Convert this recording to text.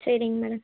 சரிங்க மேடம்